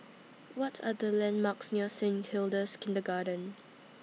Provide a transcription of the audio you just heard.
What Are The landmarks near Saint Hilda's Kindergarten